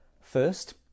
First